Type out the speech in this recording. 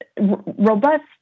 Robust